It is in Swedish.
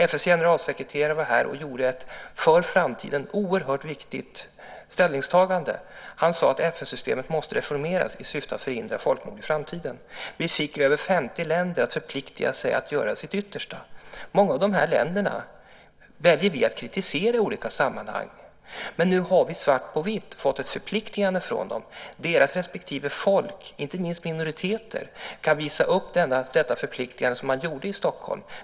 FN:s generalsekreterare var här och gjorde ett för framtiden oerhört viktigt ställningstagande. Han sade att FN-systemet måste reformeras i syfte att förhindra folkmord i framtiden. Vi fick över 50 länder att förpliktiga sig att göra sitt yttersta. Många av dessa länder väljer vi att kritisera i olika sammanhang, men nu har vi svart på vitt fått ett förpliktigande från dem. Deras respektive folk, inte minst minoriteter, kan visa upp detta förpliktigande som har gjorts i Stockholm.